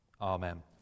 Amen